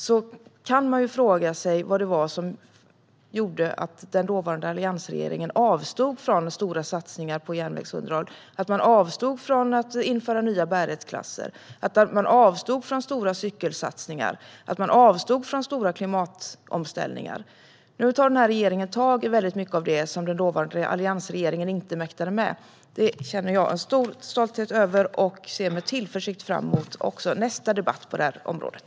Det som man kan fråga sig är vad det var som gjorde att den dåvarande alliansregeringen avstod från stora satsningar på järnvägsunderhåll, avstod från att införa nya bärighetsklasser, avstod från stora cykelsatsningar och avstod från stora klimatomställningar. Nu tar den här regeringen tag i väldigt mycket av det som den dåvarande alliansregeringen inte mäktade med. Det känner jag en stor stolthet över, och jag ser med tillförsikt fram emot nästa debatt på det här området.